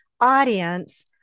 audience